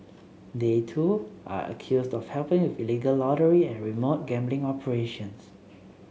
they too are accused of helping with illegal lottery and remote gambling operations